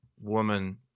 woman